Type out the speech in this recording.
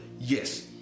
Yes